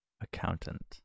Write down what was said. Accountant